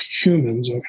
humans